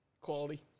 Quality